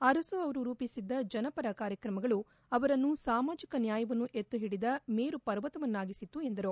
ಅರಸು ಅವರು ರೂಪಿಸಿದ್ದ ಜನಪರ ಕಾರ್ಯಕ್ರಮಗಳು ಅವರನ್ನು ಸಾಮಾಜಿಕ ನ್ಯಾಯವನ್ನು ಎತ್ತಿ ಹಿಡಿದ ಮೇರು ಪರ್ವತವನ್ನಾಗಿಸಿತ್ತು ಎಂದರು